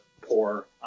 poor